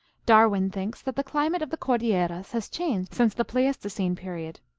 darwin thinks that the climate of the cordilleras has changed since the pleistocene period.